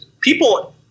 people